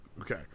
okay